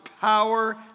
power